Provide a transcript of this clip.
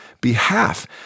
behalf